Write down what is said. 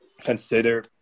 consider